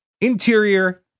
interior